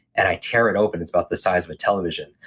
and i tear it open. it's about the size of a television,